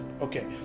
Okay